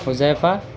Huzaifa